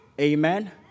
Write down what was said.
Amen